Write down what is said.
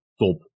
top